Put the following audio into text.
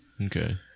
Okay